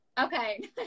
Okay